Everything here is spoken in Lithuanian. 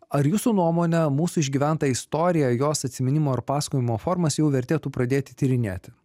ar jūsų nuomone mūsų išgyventa istorija jos atsiminimų ar pasakojimo formas jau vertėtų pradėti tyrinėti